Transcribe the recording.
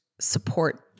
support